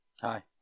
hi